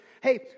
hey